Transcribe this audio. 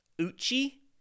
Uchi